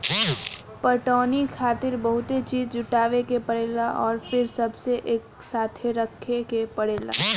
पटवनी खातिर बहुते चीज़ जुटावे के परेला अउर फिर सबके एकसाथे रखे के पड़ेला